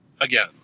again